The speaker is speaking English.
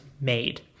made